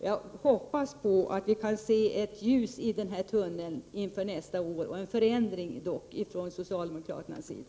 Jag hoppas att vi kan se ett ljus i denna tunnel inför nästa år och en förändring från socialdemokraternas sida.